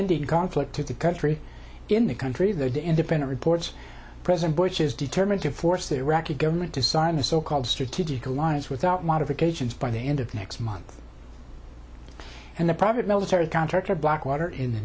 the conflict in the country in the country the independent reports president bush is determined to force their iraqi government to sign the so called strategic alliance without modifications by the end of next month and the private military contractor blackwater in the